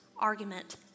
argument